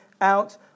out